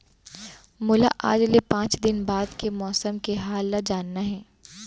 मोला आज ले पाँच दिन बाद के मौसम के हाल ल जानना हे?